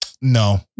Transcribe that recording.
No